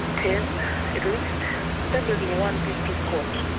ten at least. that was in one district court.